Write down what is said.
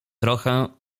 trochę